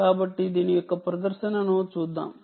కాబట్టి దీని యొక్క ప్రదర్శనను చూద్దాం